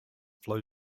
flow